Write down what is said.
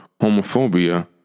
homophobia